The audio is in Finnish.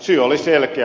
syy oli selkeä